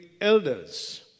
elders